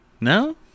No